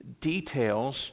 details